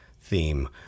theme